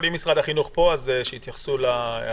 אם נציגי משרד החינוך פה אז שיתייחסו לשאלה